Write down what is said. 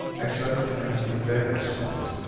except in a few favored spots,